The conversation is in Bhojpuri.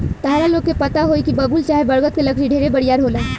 ताहरा लोग के पता होई की बबूल चाहे बरगद के लकड़ी ढेरे बरियार होला